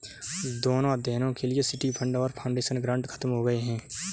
दोनों अध्ययनों के लिए सिटी फंड और फाउंडेशन ग्रांट खत्म हो गए हैं